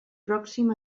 pròxim